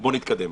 בוא נתקדם.